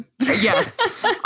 Yes